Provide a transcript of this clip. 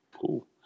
cool